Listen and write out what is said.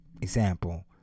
Example